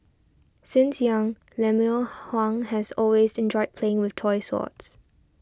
since young Lemuel Huang has always enjoyed playing with toy swords